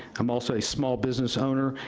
i'm also a small business owner,